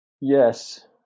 yes